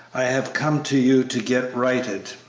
i have come to you to get righted.